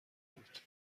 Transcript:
بود